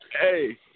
Hey